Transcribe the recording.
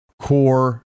core